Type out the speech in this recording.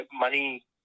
money